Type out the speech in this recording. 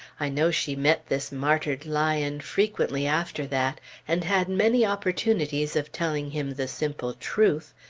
i know she met this martyred lion frequently after that and had many opportunities of telling him the simple truth,